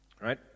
right